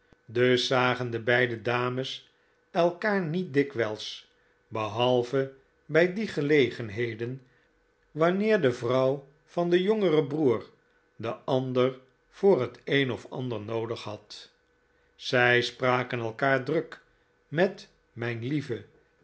dus zagen de beide dames elkaar niet dikwijls behalve bij die gelegenheden wanneer de vrouw van den jongeren broer de ander voor het een of ander noodig had zij spraken elkaar druk met mijn lieve